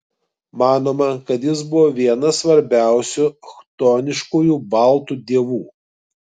manoma kad jis buvo vienas svarbiausių chtoniškųjų baltų dievų